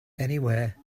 anywhere